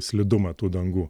slidumą tų dangų